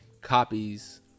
Copies